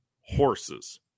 horses